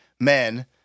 men